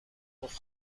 گفت